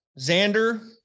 Xander